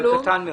כן.